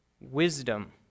wisdom